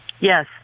yes